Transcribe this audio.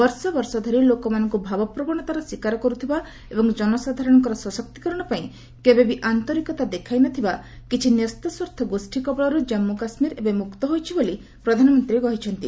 ବର୍ଷ ବର୍ଷ ଧରି ଲୋକମାନଙ୍କୁ ଭାବପ୍ରବଣତାର ଶୀକାର କରୁଥିବା ଏବଂ ଜନସାଧାରଣଙ୍କର ସଶକ୍ତିକରଣ ପାଇଁ କେବେ ବି ଆନ୍ତରିକତା ଦେଖାଇ ନ ଥିବା କିଛି ନ୍ୟସ୍ତସ୍ୱାର୍ଥ ଗୋଷ୍ଠୀ କବଳରୁ ଜାନ୍ଗୁ କାଶ୍ମୀର ଏବେ ମୁକ୍ତ ହୋଇଛି ବୋଲି ପ୍ରଧାନମନ୍ତ୍ରୀ କହିଛନ୍ତି